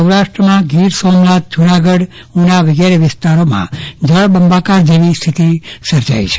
સૌરાષ્ટ્રમાં ગીર સોમનાથ જુનાગઢ ઉના વિગેરે વિસ્તારોમાં જળબંબાકાર જેવી સ્થિતિ સર્જાઈ છે